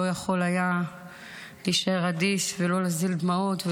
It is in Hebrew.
לא יכול היה להישאר אדיש ולא להזיל דמעות,